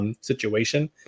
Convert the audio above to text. situation